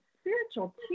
spiritual